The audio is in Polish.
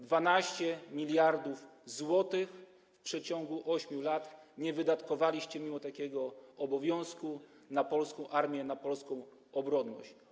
12 mld zł w przeciągu 8 lat nie wydatkowaliście, mimo takiego obowiązku, na polską armię, na polską obronność.